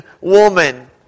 woman